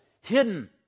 hidden